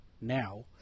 now